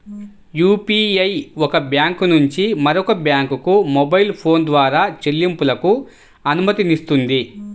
UPI ఒక bank నుంచి మరొక బ్యాంకుకు మొబైల్ ఫోన్ ద్వారా చెల్లింపులకు అనుమతినిస్తుంది